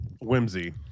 whimsy